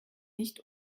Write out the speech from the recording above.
nicht